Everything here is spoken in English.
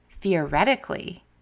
theoretically